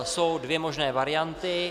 Jsou dvě možné varianty.